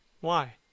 Why